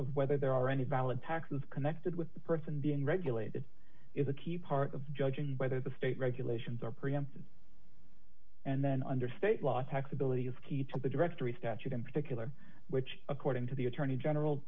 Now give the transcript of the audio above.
of whether there are any valid taxes connected with the person being regulated is a key part of judging whether the state regulations are preempted and then under state law taxability is key to the directory statute in particular which according to the attorney general